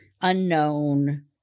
unknown